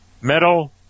metal